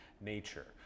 nature